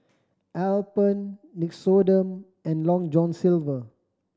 Alpen Nixoderm and Long John Silver